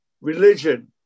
religion